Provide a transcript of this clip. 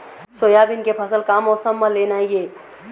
Soybean के फसल का मौसम म लेना ये?